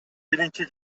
биринчи